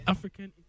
African